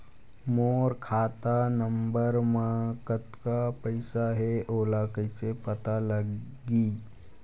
मोर खाता नंबर मा कतका पईसा हे ओला कइसे पता लगी?